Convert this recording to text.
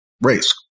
race